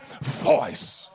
voice